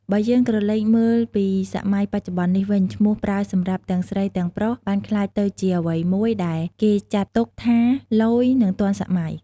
បើយើង ក្រឡេកមើលពីសម័យបច្ចុបន្ននេះវិញ ឈ្មោះប្រើសម្រាប់ទាំងស្រីទាំងប្រុសបានក្លាយទៅជាអ្វីមួយដែលគេចាត់ទុកថា ឡូយ និងទាន់សម័យ។